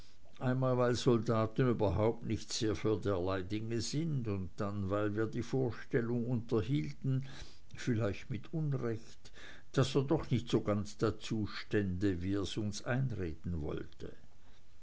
einmal weil soldaten überhaupt nicht sehr für derlei dinge sind und dann weil wir die vorstellung unterhalten vielleicht mit unrecht daß er doch nicht ganz so dazu stände wie er's uns einreden wollte